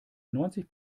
neunzig